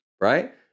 Right